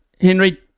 Henry